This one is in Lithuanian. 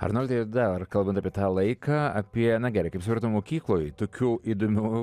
arnoldai dar kalbant apie tą laiką apie na gerai kaip supratau mokykloj tokių įdomių